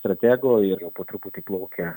stratego ir po truputį plaukia